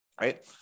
right